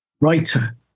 writer